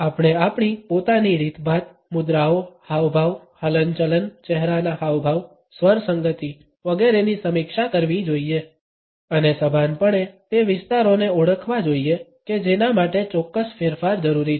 આપણે આપણી પોતાની રીતભાત મુદ્રાઓ હાવભાવ હલનચલન ચહેરાના હાવભાવ સ્વરસંગતિ વગેરેની સમીક્ષા કરવી જોઈએ અને સભાનપણે તે વિસ્તારોને ઓળખવા જોઈએ કે જેના માટે ચોક્કસ ફેરફાર જરૂરી છે